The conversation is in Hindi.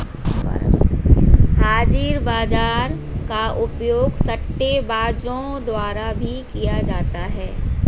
हाजिर बाजार का उपयोग सट्टेबाजों द्वारा भी किया जाता है